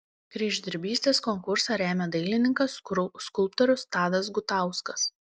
kryždirbystės konkursą remia dailininkas skulptorius tadas gutauskas